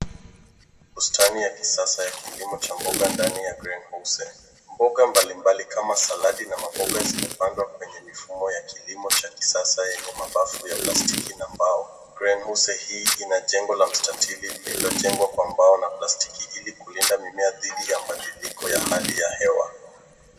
Bustani ya kisasa ya kilimo cha boga ndani ya Green Home Save, boga mbalimbali kama saladi na maboga zimepandwa kwenye mifumo ya kilimo cha kisasa yenye mabafu ya plastiki na mbao. Green House hii yenye jengo la mstatili, iliojengwa kwa mbao na plastiki hili kulinda mimea dhidi ya mabadiliko ya hali ya hewa.